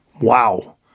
wow